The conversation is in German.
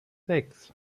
sechs